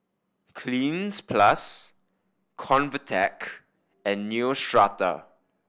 Cleanz Plus Convatec and Neostrata